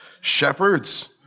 shepherds